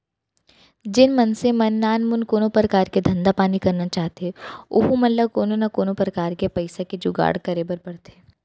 जेन मनसे मन नानमुन कोनो परकार के धंधा पानी करना चाहथें ओहू मन ल कोनो न कोनो प्रकार ले पइसा के जुगाड़ करे बर परथे